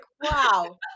wow